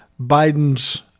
Biden's